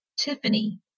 Tiffany